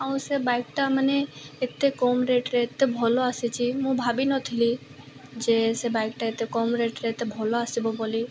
ଆଉ ସେ ବାଇକ୍ଟା ମାନେ ଏତେ କମ୍ ରେଟ୍ରେ ଏତେ ଭଲ ଆସିଛି ମୁଁ ଭାବିନଥିଲି ଯେ ସେ ବାଇକ୍ଟା ଏତେ କମ୍ ରେଟ୍ରେ ଏତେ ଭଲ ଆସିବ ବୋଲି